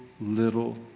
Little